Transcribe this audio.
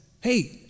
hey